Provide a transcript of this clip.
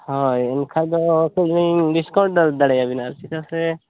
ᱦᱳᱭ ᱮᱱᱠᱷᱟᱱ ᱫᱚ ᱠᱟᱹᱡᱽ ᱞᱤᱧ ᱰᱤᱥᱠᱟᱭᱩᱱᱴ ᱫᱟᱲᱮᱭᱟᱵᱤᱱᱟ ᱟᱨᱠᱤ ᱪᱮᱫᱟᱜ ᱥᱮ